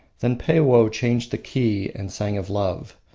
then peiwoh changed the key and sang of love.